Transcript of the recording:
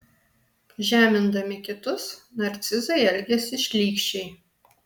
žemindami kitus narcizai elgiasi šlykščiai